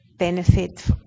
benefit